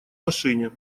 машине